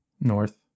north